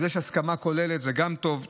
אז יש הסכמה כוללת, גם זה טוב.